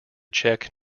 czech